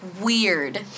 weird